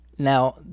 now